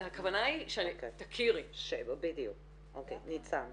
בקידום נוער